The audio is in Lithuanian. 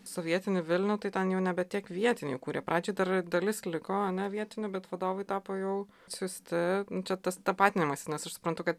sovietinį vilnių tai ten jau nebe tiek vietiniai kūrė pradžiai dar dalis liko ar ne vietinių bet vadovai tapo jau siųsti čia tas tapatinimąsi nes aš suprantu kad